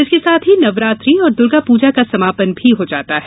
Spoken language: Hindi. इसके साथ ही नवरात्रि और दुर्गा पूजा का समापन भी हो जाता है